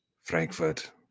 Frankfurt